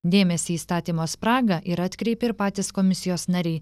dėmesį į įstatymo spragą yra atkreipę ir patys komisijos nariai